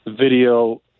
video